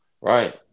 right